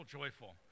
joyful